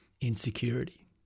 insecurity